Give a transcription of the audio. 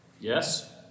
yes